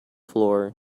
floor